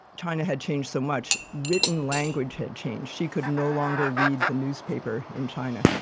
china had changed so much written language had changed, she could no longer read the newspaper in china.